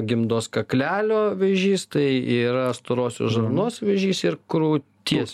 gimdos kaklelio vėžys tai yra storosios žarnos vėžys ir krūties